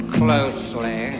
closely